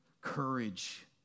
courage